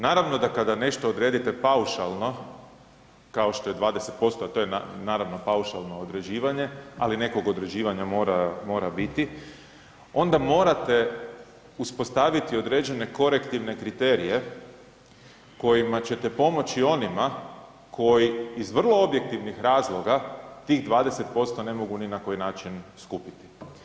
Naravno da kada nešto odredite paušalno kao što je 20%, a to je naravno paušalno određivanje, ali nekog određivanja mora biti onda morate uspostaviti određene korektivne kriterije kojima ćete pomoći onima koji iz vrlo objektivnih razloga tih 20% ne mogu ni na koji način skupiti.